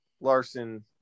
Larson